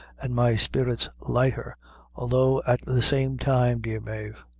an' my spirits lighter although, at the same time, dear mave,